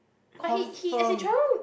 confirm